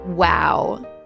Wow